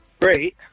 great